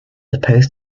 opposed